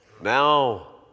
now